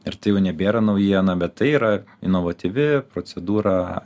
ir tai jau nebėra naujiena bet tai yra inovatyvi procedūra